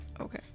Okay